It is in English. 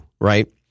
right